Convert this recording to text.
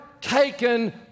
taken